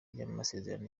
ry’amasezerano